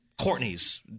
Courtney's